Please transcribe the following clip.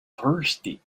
thirsty